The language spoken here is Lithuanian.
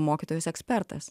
mokytojas ekspertas